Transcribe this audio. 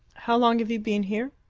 how long have you been here?